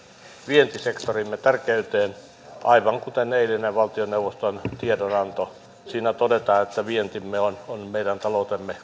vientisektorimme tärkeyteen aivan kuten eilinen valtioneuvoston tiedonanto siinä todetaan että vientimme on on meidän taloutemme